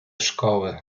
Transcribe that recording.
szkoły